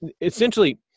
essentially